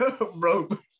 rope